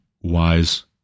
wise